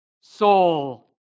soul